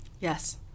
Yes